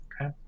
Okay